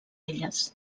elles